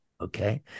okay